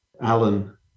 Alan